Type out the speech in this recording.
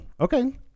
okay